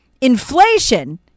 Inflation